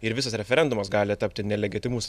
ir visas referendumas gali tapti nelegitimus